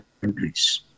countries